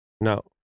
no